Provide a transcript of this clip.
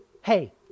Hey